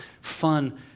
fun